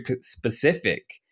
specific